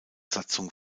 satzung